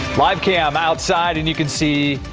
live cam outside and you can see.